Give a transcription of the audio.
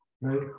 right